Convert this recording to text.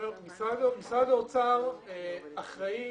משרד האוצר אחראי.